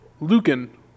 Lucan